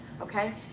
okay